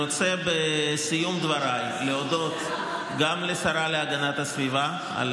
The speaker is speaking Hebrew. בסיום דבריי אני רוצה להודות לשרה להגנת הסביבה על